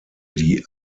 die